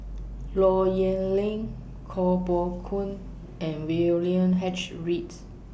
Low Yen Ling Koh Poh Koon and William H Reads